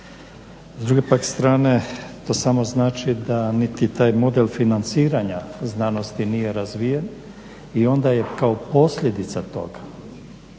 S druge pak strane to samo znači da niti taj model financiranja znanosti nije razvijen i onda je kao posljedica toga